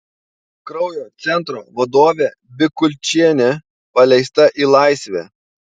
kraujo centro vadovė bikulčienė paleista į laisvę